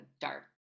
dark